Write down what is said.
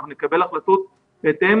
אנחנו נקבל החלטות קודם כל בהתאם